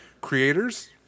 creators